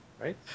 right